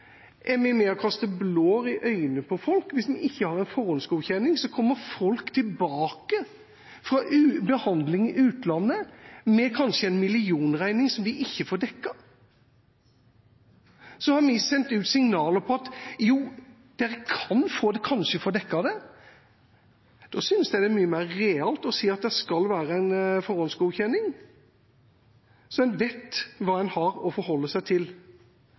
Er vi med og kaster blår i øynene på folk? Hvis en ikke har en forhåndsgodkjenning, kommer kanskje folk tilbake fra behandling i utlandet med en millionregning som de ikke får dekket, og så har vi sendt ut signaler om at de kanskje kan få den dekket. Da synes jeg det er mye mer realt å si at det skal være en forhåndsgodkjenning, så en vet hva en har å forholde seg til.